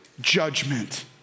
judgment